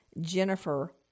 jennifer